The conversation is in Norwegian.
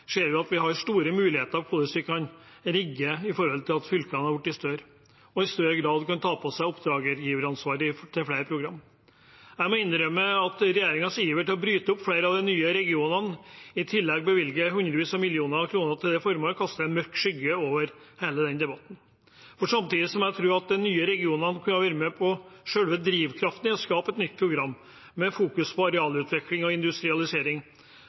ser vi at vi har store muligheter til å rigge med utgangspunkt i at fylkene er blitt større, og i større grad kan ta på seg oppdragsgiveransvaret til flere programmer. Jeg må innrømme at regjeringens iver etter å bryte opp flere av de nye regionene, og det at de i tillegg bevilger hundrevis av millioner kroner til det formålet, kaster en mørk skygge over hele den debatten. For samtidig som jeg tror at de nye regionene kunne ha vært med på selve drivkraften i å skape et nytt program som fokuserer på arealutvikling og industrialisering,